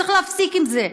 צריך להפסיק עם זה.